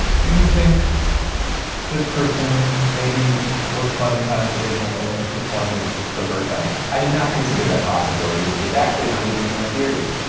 do you think this person maybe was clementine's original owner and just wanted ah the bird back? i did not consider that possibility. it's actually not even in my theories.